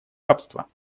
рабства